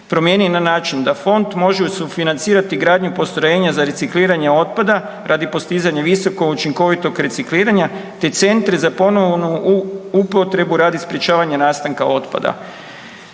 promijeni na način da fond može u sufinancirati gradnju postrojenja za recikliranje otpada radi postizanja visokoučinkovitog recikliranja te centre za ponovnu upotrebu radi sprečavanja nastanka otpada.